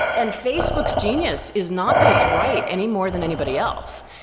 and facebook's genius is not that it's right any more than anybody else.